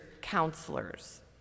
counselors